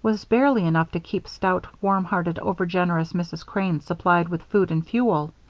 was barely enough to keep stout, warm-hearted, overgenerous mrs. crane supplied with food and fuel.